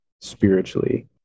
spiritually